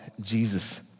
Jesus